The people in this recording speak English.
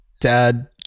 dad